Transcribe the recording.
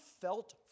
felt